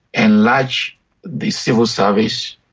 enlarge the civil service.